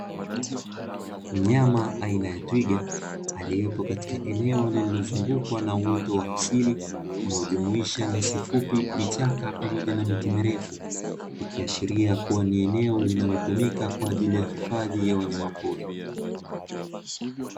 Mnyama aina ya twiga aliyepo katika eneo lililozungukwa na uoto wa asili; unaojumuisha nyasi fupi, vichaka pamoja na miti mirefu. Ikiashiria kuwa ni eneo linalotumika kwa ajili ya hifadhi ya wanyamapori.